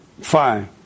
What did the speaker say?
fine